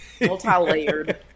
Multi-layered